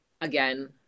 again